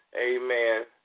amen